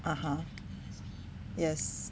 (uh huh) yes